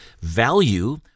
value